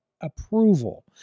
approval